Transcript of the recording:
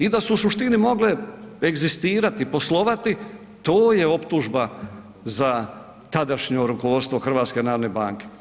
I da su u suštini mogle egzistirati, poslovati, to je optužba za tadašnje rukovodstvo HNB-a.